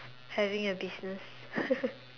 having a business